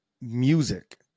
music